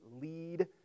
lead